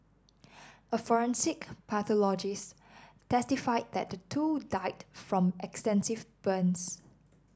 a forensic pathologist testified that the two died from extensive burns